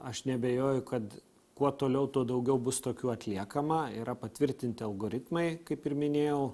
aš neabejoju kad kuo toliau tuo daugiau bus tokių atliekama yra patvirtinti algoritmai kaip ir minėjau